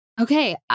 Okay